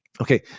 Okay